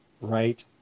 right